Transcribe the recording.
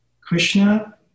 Krishna